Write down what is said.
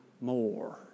more